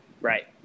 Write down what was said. right